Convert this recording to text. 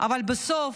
אבל בסוף